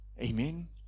Amen